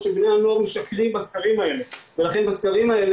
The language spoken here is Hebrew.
הוא אומר שבני הנוער משקרים בסקרים האלה ולכן בסקרים האלה